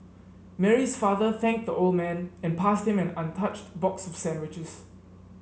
Mary's father thanked the old man and passed him an untouched box of sandwiches